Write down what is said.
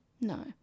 No